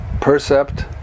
percept